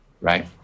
Right